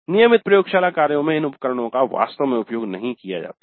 नियमित प्रयोगशाला कार्यों में इन उपकरणों का वास्तव में उपयोग नहीं किया जाता है